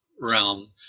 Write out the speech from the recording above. realm